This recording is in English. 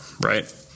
right